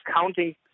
counting